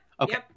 Okay